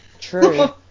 True